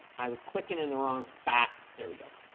i was clicking in the wrong spot there we go